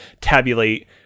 tabulate